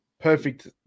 perfect